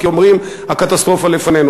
כי אומרים: הקטסטרופה לפנינו.